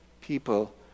people